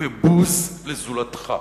ובוז לזולתך,